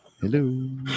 Hello